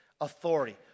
authority